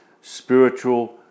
spiritual